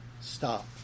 stop